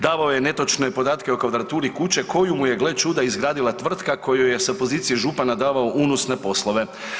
Davao je netočne podatke o kvadraturi kuće koje mu je gle čuda izgradila tvrtka kojoj se sa pozicije župana davao unosne poslove.